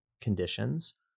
conditions